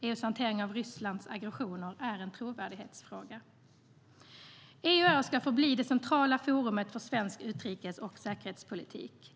EU:s hantering av Rysslands aggressioner är en trovärdighetsfråga.EU är och ska förbli det centrala forumet för svensk utrikes och säkerhetspolitik.